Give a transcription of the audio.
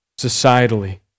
societally